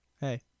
Hey